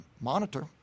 monitor